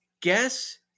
Guess